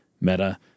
meta